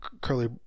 curly